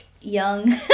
young